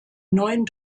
neuen